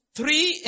three